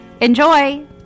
Enjoy